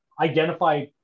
identify